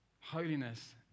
Holiness